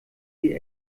die